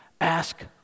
ask